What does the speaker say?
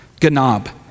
ganab